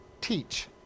teach